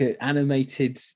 animated